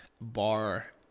bar